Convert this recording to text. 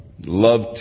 love